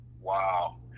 wow